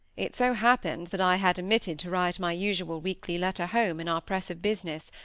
it so happened that i had omitted to write my usual weekly letter home in our press of business,